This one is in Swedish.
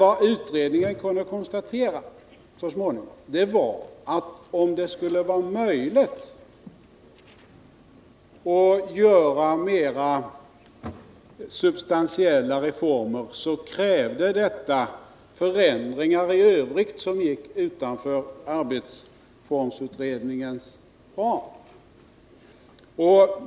Men utredningen kunde så småningom konstatera att om det skulle vara möjligt att genomföra mer substantiella reformer krävde detta förändringar i övrigt som gick utanför arbetsformsutredningens ram.